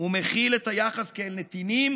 ומחיל את היחס כאל נתינים